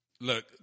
Look